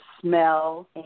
smell